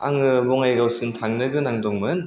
आङो बङाइगावसिम थांनो गोनां दंमोन